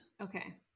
Okay